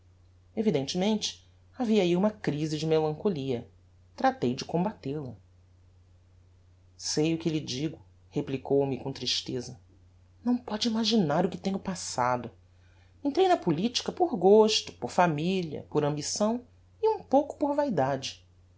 evidentemente havia ahi uma crise de melancolia tratei de combatel a sei o que lhe digo replicou me com tristeza não póde imaginar o que tenho passado entrei na politica por gosto por familia por ambição e um pouco por vaidade